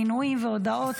מינויים והודעות,